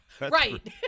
right